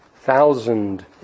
thousand